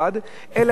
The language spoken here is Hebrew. אלא הם עצמם,